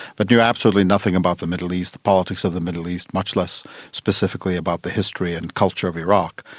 but he knew absolutely nothing about the middle east, the politics of the middle east, much less specifically about the history and culture of iraq.